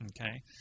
okay